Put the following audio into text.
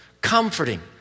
comforting